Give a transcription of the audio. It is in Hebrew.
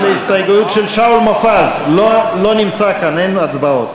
ההסתייגות לא התקבלה.